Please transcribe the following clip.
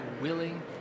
willing